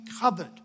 covered